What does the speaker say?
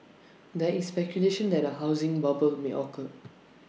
there is speculation that A housing bubble may occur